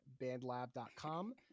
BandLab.com